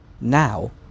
now